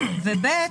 ב.